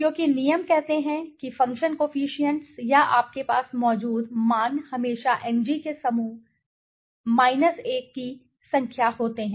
क्योंकि नियम कहते हैं कि फ़ंक्शन कोफिशिएंट्स या आपके पास मौजूद मान हमेशा NG के समूह 1 की संख्या होते हैं